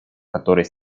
которой